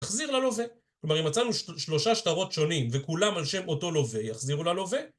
יחזיר ללווה. כלומר, אם מצאנו שלושה שטרות שונים וכולם על שם אותו לווה, יחזירו ללווה?